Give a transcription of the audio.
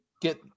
get